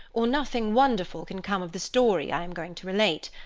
or nothing wonderful can come of the story i am going to relate.